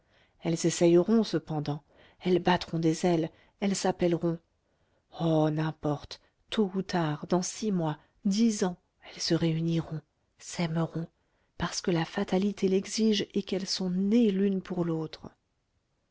elles essayeront cependant elles battront des ailes elles s'appelleront oh n'importe tôt ou tard dans six mois dix ans elles se réuniront s'aimeront parce que la fatalité l'exige et qu'elles sont nées l'une pour l'autre